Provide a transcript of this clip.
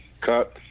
cut